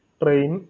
train